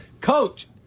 coach